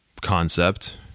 concept